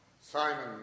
Simon